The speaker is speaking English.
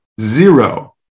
Zero